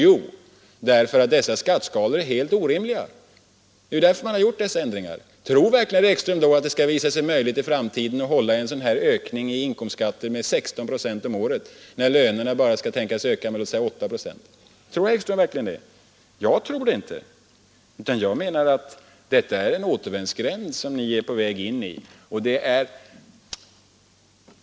Jo, därför att dessa skatteskalor är helt orimliga. Det är därför man har gjort d framtiden att öka inkomstskatten med 16 procent om året när lönerna bara beräknas öka med 8 procent? Tror herr Ekström verkligen det? Jag a ändringar. Tror verkligen herr Ekström att det skall visa sig möjligt i tror det inte, utan jag menar att det är en återvändsgränd som ni är på väg in i.